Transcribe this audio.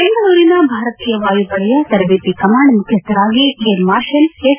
ಬೆಂಗಳೂರಿನ ಭಾರತೀಯ ವಾಯುಪಡೆಯ ತರಬೇತಿ ಕಮಾಂಡ್ ಮುಖ್ಖಸ್ಥರಾಗಿ ಏರ್ ಮಾರ್ಷಲ್ ಎಸ್